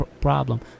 problem